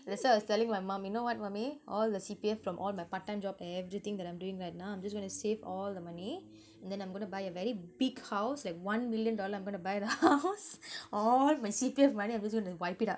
that's why I was telling my mum you know what mummy all the C_P_F from all my part time job everything that I'm doing right now I'm just going to save all the money and then I'm going to buy a very big house like one million dollar I'm gonna buy the house all my C_P_F money I'm just going to wipe it up